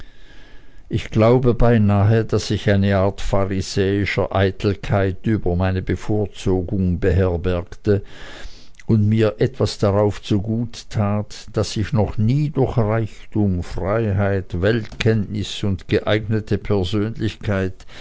ich glaube beinahe daß ich eine art pharisäischer eitelkeit über meine bevorzugung beherbergte und mir etwas darauf zu gut tat daß ich noch nie durch reichtum freiheit weltkenntnis und geeignete persönlichkeit